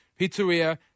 Pizzeria